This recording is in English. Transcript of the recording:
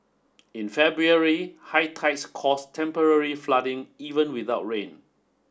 in February high tides cause temporary flooding even without rain